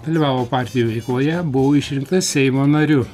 dalyvavo partijų veikloje buvo išrinktas seimo nariu